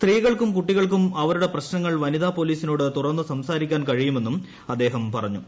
സ്ത്രീകൾക്കും കുട്ടികൾക്കും അവരുടെ പ്രശ്നങ്ങൾ വനിതാ പോലീസിനോട് തുറന്നു സംസാരിക്കാൻ കഴിയുമെന്നും അദ്ദേഹം പറഞ്ഞു